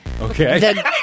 Okay